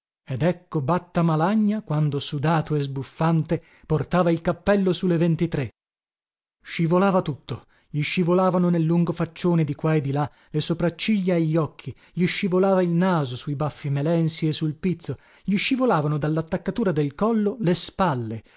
ed ecco batta malagna quando sudato e sbuffante portava il cappello su le ventitré scivolava tutto gli scivolavano nel lungo faccione di qua e di là le sopracciglia e gli occhi gli scivolava il naso su i baffi melensi e sul pizzo gli scivolavano dallattaccatura del collo le spalle